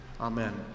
Amen